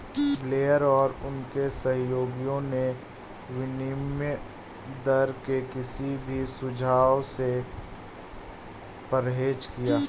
Blair और उनके सहयोगियों ने विनिमय दर के किसी भी सुझाव से परहेज किया